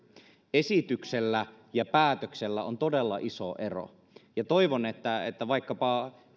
esityksellä ja päätöksellä on todella iso ero ja toivon että että vaikkapa